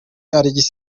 alex